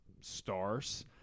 stars